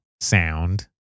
sound